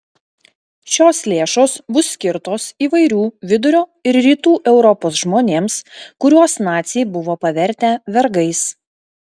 šios lėšos bus skirtos įvairių vidurio ir rytų europos žmonėms kuriuos naciai buvo pavertę vergais